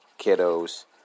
kiddos